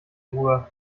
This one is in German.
ruhe